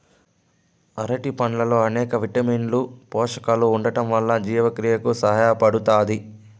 అరటి పండ్లల్లో అనేక విటమిన్లు, పోషకాలు ఉండటం వల్ల జీవక్రియకు సహాయపడుతాది